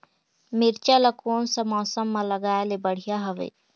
मिरचा ला कोन सा मौसम मां लगाय ले बढ़िया हवे